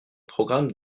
programme